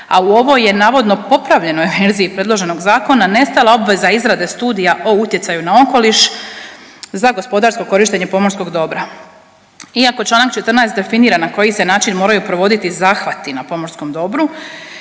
a u ovoj je, navodno popravljenoj verziji predloženog zakona nestala obveza izrade studija o utjecaju na okoliš za gospodarsko korištenje pomorskog dobra. Iako članak 14. definira na koji se način moraju provoditi zahvati na pomorskom dobru